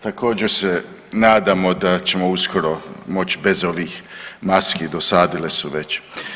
Također se nadamo da ćemo uskoro moći bez ovih maski dosadile su već.